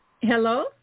Hello